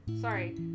Sorry